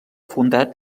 fundat